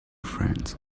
friend